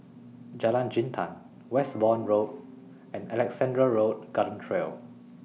Jalan Jintan Westbourne Road and Alexandra Road Garden Trail